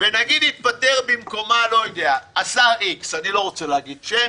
ונגיד התפטר במקומה השר X אני לא רוצה להגיד שם,